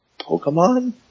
Pokemon